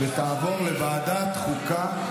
ותעבור לוועדת החוקה,